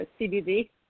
CBD